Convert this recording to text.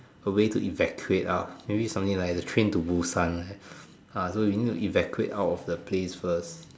a way to evacuate ah out maybe something like the train-to-Busan uh so you need to evacuate out of the place first